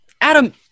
Adam